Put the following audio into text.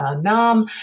Nam